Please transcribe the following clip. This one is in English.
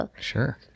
Sure